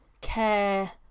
care